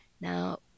Now